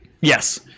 yes